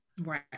right